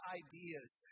ideas